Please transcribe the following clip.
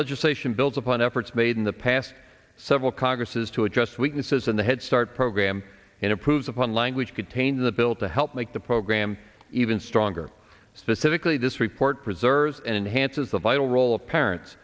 legislation builds upon efforts made in the past several congresses to address weaknesses in the head start program and approves of one language contained in the bill to help make the program even stronger specifically this report preserves and enhances the vital role of parents